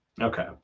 Okay